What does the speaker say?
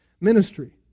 ministry